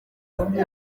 ahubwo